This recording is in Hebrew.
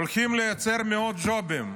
הולכים לייצר מאות ג'ובים.